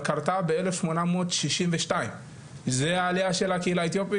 קרתה ב-1862 זה העלייה של הקהילה האתיופית